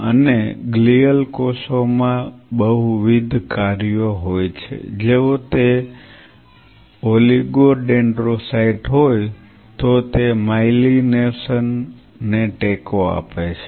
અને ગ્લિઅલ કોષો માં બહુવિધ કાર્યો હોય છે જો તે ઓલિગોડેન્ડ્રોસાઇટ હોય તો તે માઇલિનેશન ને ટેકો આપે છે